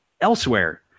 elsewhere